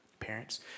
parents